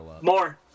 More